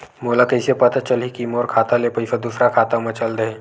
मोला कइसे पता चलही कि मोर खाता ले पईसा दूसरा खाता मा चल देहे?